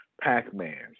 Pac-Man